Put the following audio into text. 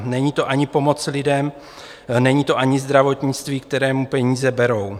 Není to ani pomoc lidem, není to ani zdravotnictví, kterému peníze berou.